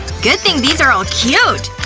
good thing these are all cute.